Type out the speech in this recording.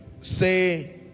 say